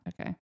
okay